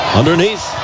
underneath